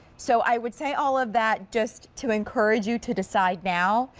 so i would say, all of that just to encourage you to decide now.